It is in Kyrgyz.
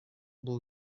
бул